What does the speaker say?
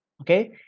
okay